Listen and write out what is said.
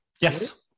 Yes